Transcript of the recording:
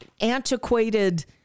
antiquated